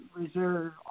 reserve